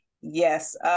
Yes